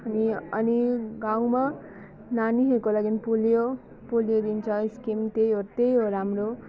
अनि अनि गाउँमा नानीहरूको लागि पोलियो पोलियो दिन्छ स्किम त्यही हो त्यही हो राम्रो